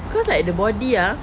because like the body ah